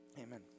Amen